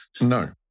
No